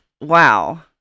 Wow